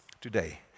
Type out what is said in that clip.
today